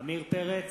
עמיר פרץ,